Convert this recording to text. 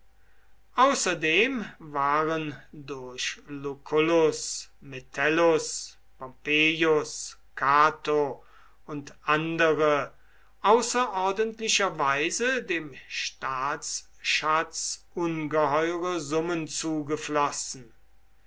außerdem waren durch lucullus metellus pompeius cato und andere außerordentlicherweise dem staatsschatz ungeheure summen zugeflossen